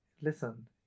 Listen